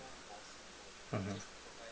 mmhmm